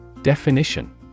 Definition